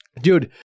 Dude